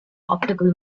optical